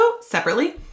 separately